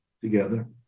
together